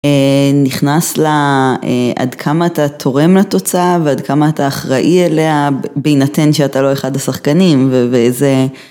נכנס לה עד כמה אתה תורם לתוצאה ועד כמה אתה אחראי אליה בהינתן שאתה לא אחד השחקנים וזה.